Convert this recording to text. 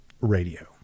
Radio